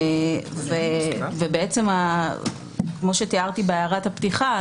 כפי שתיארתי בהערת הפתיחה,